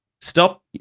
Stop